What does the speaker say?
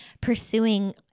pursuing